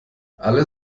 alle